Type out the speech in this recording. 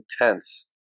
intense